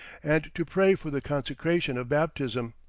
and to pray for the consecration of baptism.